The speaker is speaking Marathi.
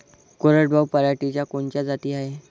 कोरडवाहू पराटीच्या कोनच्या जाती हाये?